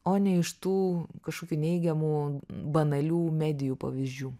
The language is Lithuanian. o ne iš tų kažkokių neigiamų banalių medijų pavyzdžių